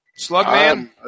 Slugman